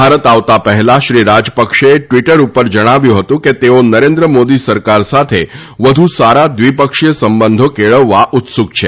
ભારત આવતા પહેલા શ્રી રાજપક્ષેએ ટવીટર ઉપર જણાવ્યું હતું કે તેઓ નરેન્દ્ર મોદી સરકાર સાથે વધુ સારા દ્વિપક્ષીય સંબંધો કેળવવા ઉત્સુક છે